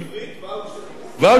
בעברית: ואוצ'רים.